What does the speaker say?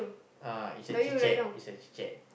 uh it's a chit-chat it's a chit-chat